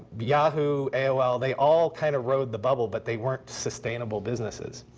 yahoo! aol, they all kind of rode the bubble, but they weren't sustainable businesses.